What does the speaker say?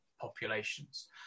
populations